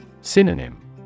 Synonym